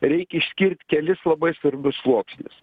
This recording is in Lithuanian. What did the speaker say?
reik išskirt kelis labai svarbus sluoksnius